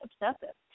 obsessive